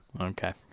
Okay